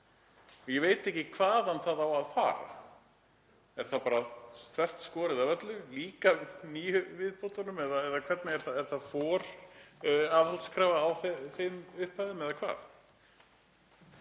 Ég veit ekki hvaðan það kemur. Er bara þvert skorið af öllu, líka nýju viðbótunum eða er foraðhaldskrafa á þeim upphæðum eða hvað?